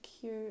cute